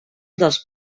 dels